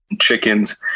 chickens